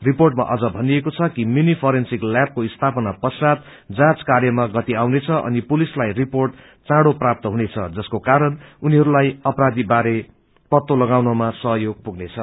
रिर्पोटमा अझ भनिएको छ कि मिनी फोरेन्सिक ल्यावको स्थापसना पश्चात जाँच कार्यमा गति आउनेद अनि पुलिसलाई रिर्पोट चाँडो प्राप्त हुनेछ जसको कारण उनीहरूलाई अपराधीबारे पत्तो लगाउनमा सहयोग पुग्नेछ